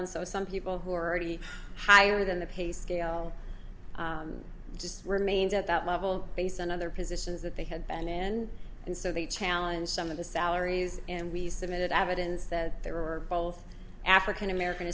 and so some people who are already higher than the pay scale just remained at that level based on other positions that they had an end and so they challenge some of the salaries and we submitted evidence that they were both african american